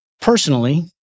personally